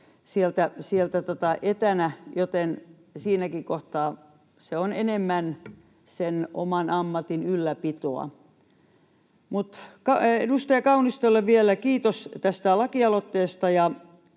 etänä, joten siinäkin kohtaa se on enemmän sen oman ammatin ylläpitoa. Edustaja Kaunistolle vielä kiitos tästä lakialoitteesta.